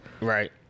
right